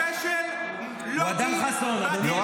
כשל לוגי --- הוא אדם חסון, אדוני.